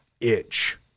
itch